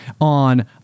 on